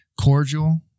cordial